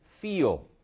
feel